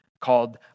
called